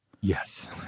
Yes